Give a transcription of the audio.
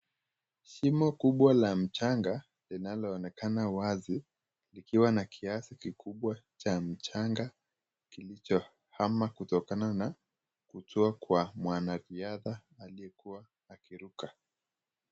Shimo kubwa la mchanga linaloonekana wazi likiwa na kiasi kikubwa cha mchanga kilichohama kutokana na kutua kwa mwanariadha aliyekuwa akiruka.